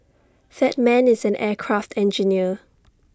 that man is an aircraft engineer